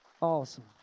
Awesome